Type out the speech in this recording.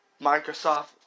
Microsoft